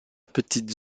petite